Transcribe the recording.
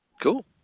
Cool